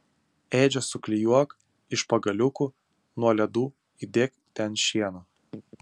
ėdžias suklijuok iš pagaliukų nuo ledų įdėk ten šieno